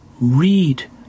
read